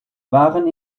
waren